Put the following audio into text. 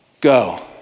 go